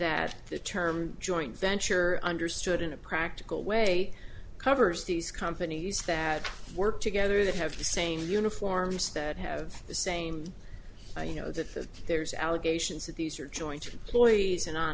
that the term joint venture understood in a practical way covers these companies that work together that have the same uniforms that have the same you know that there's allegations that these are join